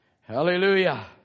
Hallelujah